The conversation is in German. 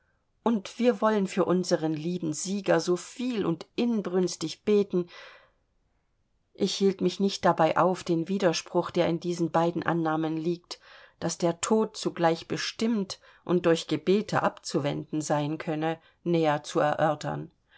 und wir wollen für unsere lieben krieger so viel und inbrünstig beten ich hielt mich nicht dabei auf den widerspruch der in diesen beiden annahmen liegt daß der tod zugleich bestimmt und durch gebete abzuwenden sein könne näher zu erörtern